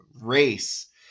race